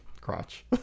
crotch